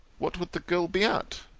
what would the girl be at,